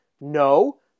no